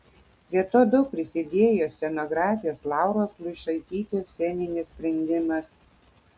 prie to daug prisidėjo scenografės lauros luišaitytės sceninis sprendimas